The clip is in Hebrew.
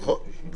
נכון.